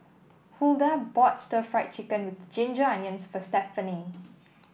Hulda bought Stir Fried Chicken with Ginger Onions for Stephany